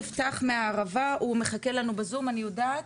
יפתח מהערבה הוא מחכה לנו בזום אני יודעת,